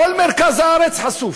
כל מרכז הארץ חשוף.